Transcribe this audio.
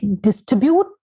distribute